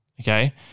okay